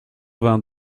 vingt